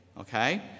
Okay